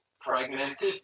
pregnant